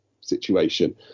situation